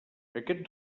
aquest